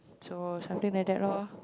so something like that loh